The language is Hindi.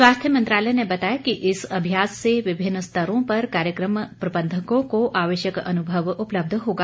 स्वास्थ्य मंत्रालय ने बताया कि इस अभ्यास से विभिन्न स्तरों पर कार्यक्रम प्रबंधकों को आवश्यक अनुभव उपलब्ध होगा